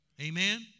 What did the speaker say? Amen